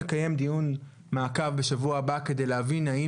נקיים דיון מעקב בשבוע הבא כדי להבין האם